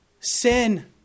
sin